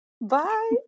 Bye